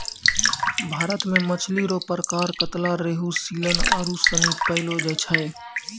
भारत मे मछली रो प्रकार कतला, रेहू, सीलन आरु सनी पैयलो जाय छै